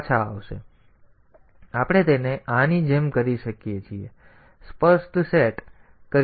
અથવા આપણે તેને આની જેમ કરી શકીએ છીએ આપણે તેને સ્પષ્ટ સેટ અને આ સેટ કરી શકીએ છીએ